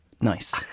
Nice